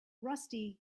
rusty